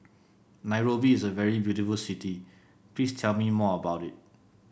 Nairobi is a very beautiful city Please tell me more about it